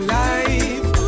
life